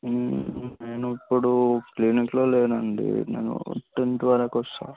నేను ఇప్పుడు క్లినిక్లో లేనండి నేను టెన్త్ వరకు వస్తా